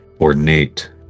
ornate